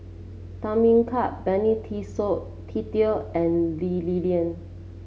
Tham Yui Kai Benny Se Teo and Lee Li Lian